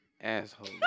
asshole